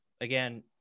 Again